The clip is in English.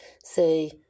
say